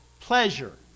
Pleasure